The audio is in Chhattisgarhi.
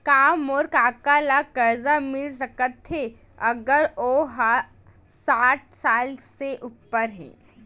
का मोर कका ला कर्जा मिल सकथे अगर ओ हा साठ साल से उपर हे?